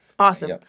Awesome